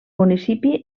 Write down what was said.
municipi